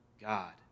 God